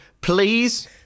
Please